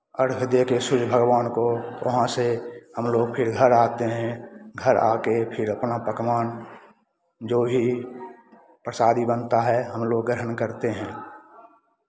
अर्घ्य देते हैं सूर्य भगवान को वहाँ से हमलोग फिर घर आते हैं घर आके फिर अपना पकवान जो भी प्रसादी बनता है हमलोग ग्रहण करते हैं